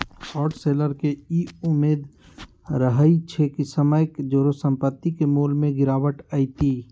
short seller के इ उम्मेद रहइ छइ कि समय के जौरे संपत्ति के मोल में गिरावट अतइ